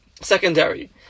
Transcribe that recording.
secondary